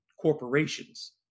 corporations